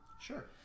Sure